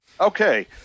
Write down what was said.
Okay